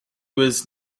was